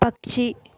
పక్షి